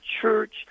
church